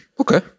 okay